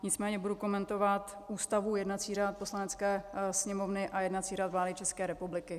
Nicméně budu komentovat Ústavu, jednací řád Poslanecké sněmovny a jednací řád vlády České republiky.